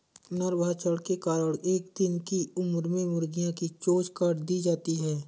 नरभक्षण के कारण एक दिन की उम्र में मुर्गियां की चोंच काट दी जाती हैं